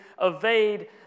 evade